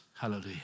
Hallelujah